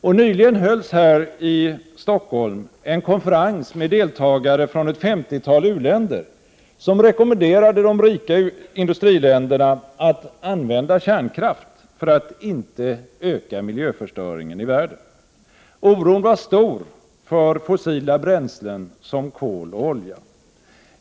Och nyligen hölls här i Stockholm en konferens med deltagare från ett femtiotal u-länder, som rekommenderade de rika industriländerna att använda kärnkraft för att inte öka miljöförstöringen i världen. Oron var stor för fossila bränslen som kol och olja.